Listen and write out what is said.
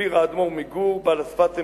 מסביר האדמו"ר מגור, בעל ה"שפת אמת":